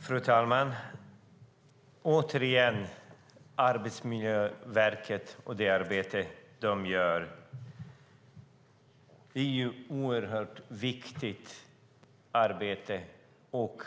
Fru talman! Det arbete som Arbetsmiljöverket gör är oerhört viktigt, och